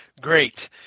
Great